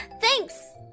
Thanks